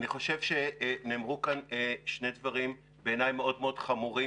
אני חושב שנאמרו כאן שני דברים מאוד מאוד חמורים,